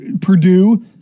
Purdue